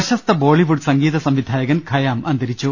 പ്രശസ്ത ബോളിവുഡ് സംഗീത സംവിധായകൻ ഖയാം അന്തരിച്ചു